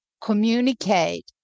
communicate